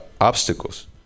obstacles